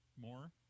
more